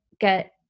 get